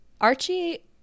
Archie